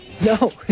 No